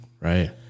Right